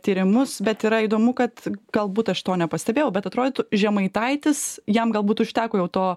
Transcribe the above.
tyrimus bet yra įdomu kad galbūt aš to nepastebėjau bet atrodytų žemaitaitis jam galbūt užteko jau to